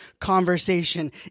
conversation